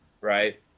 right